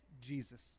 Jesus